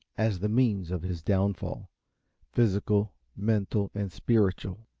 as the means of his downfall physical, mental and spiritual.